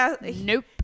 Nope